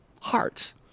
hearts